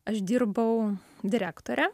aš dirbau direktore